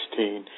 2016